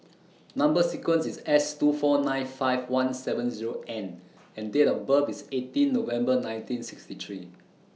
Number sequence IS S two four nine five one seven Zero N and Date of birth IS eighteen November nineteen sixty three